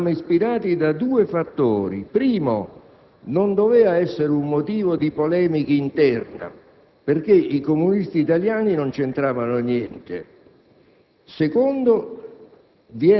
Certamente, eravamo ispirati da due fattori. Innanzitutto, non doveva essere un motivo di polemica interna, perché i comunisti italiani non c'entravano niente;